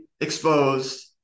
exposed